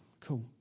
cool